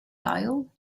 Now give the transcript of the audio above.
aisle